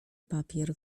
papier